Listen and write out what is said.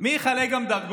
גם מי יחלק דרגות?